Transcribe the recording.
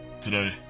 today